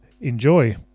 enjoy